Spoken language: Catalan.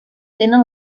tenen